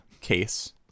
case